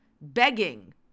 begging